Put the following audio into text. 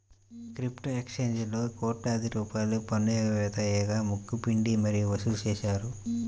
crypto ఎక్స్చేంజీలలో కోట్లాది రూపాయల పన్ను ఎగవేత వేయగా ముక్కు పిండి మరీ వసూలు చేశారు